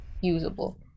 usable